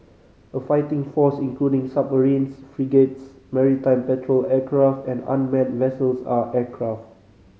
a fighting force including submarines frigates maritime patrol aircraft and unmanned vessels and aircraft